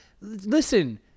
Listen